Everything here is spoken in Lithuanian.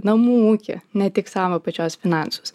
namų ūkį ne tik savo pačios finansus